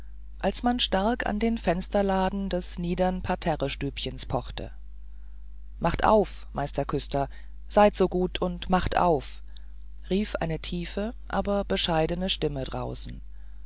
als man stark an den fensterladen des niedern parterrestübchens pochte macht auf meister küster seid so gut und macht auf rief eine tiefe aber bescheidene stimme draußen